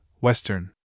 Western